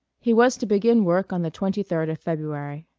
he was to begin work on the twenty-third of february.